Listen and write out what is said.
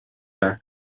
بحث